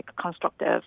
constructive